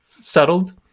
settled